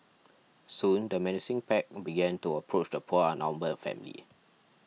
soon the menacing pack began to approach the poor outnumbered family